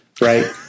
right